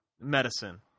Medicine